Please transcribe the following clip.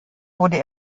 wurde